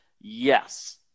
yes